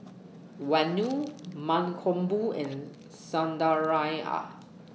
Vanu Mankombu and Sundaraiah